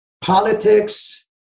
politics